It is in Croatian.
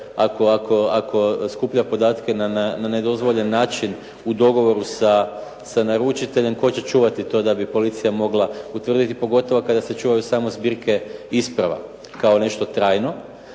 ako skuplja podatke na nedozvoljen način u dogovoru s naručiteljem tko će čuvati to da bi policija mogla utvrditi pogotovo kada se čuvaju samo zbirke isprava kao nešto trajno,